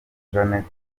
jeannette